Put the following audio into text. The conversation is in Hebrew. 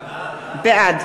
בעד